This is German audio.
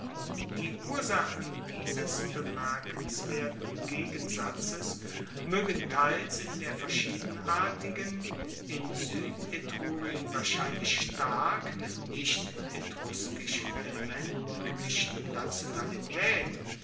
die ursachen dieses bemerkenswerten gegensatzes moegen teils in der verschiedenartigen in suedetrurien wahrscheinlich stark mit nicht etruskischen elementen gemischten nationalitaet